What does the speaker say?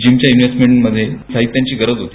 जीमच्या इन्व्हेसमेंटमध्ये साहित्याची गरज होती